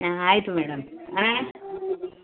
ಹಾಂ ಆಯಿತು ಮೇಡಮ್ ಹಾಂ